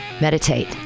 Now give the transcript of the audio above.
Meditate